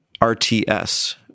RTS